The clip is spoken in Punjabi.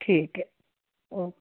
ਠੀਕ ਹੈ ਓਕੇ